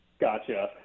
Gotcha